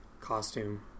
costume